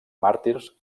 màrtirs